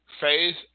faith